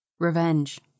Revenge